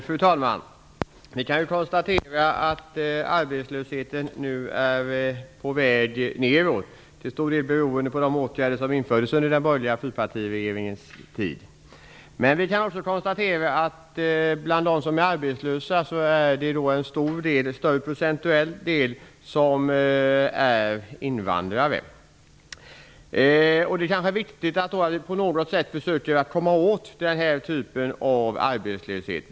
Fru talman! Vi kan konstatera att arbetslösheten nu är på väg neråt. Det beror till stor del på de åtgärder som vidtogs under den borgerliga fyrpartiregeringens tid. Men vi kan också konstatera att det bland de arbetslösa är en procentuellt större andel som är invandrare. Det är viktigt att vi på något sätt försöker att komma åt den här typen av arbetslöshet.